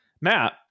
Matt